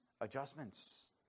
adjustments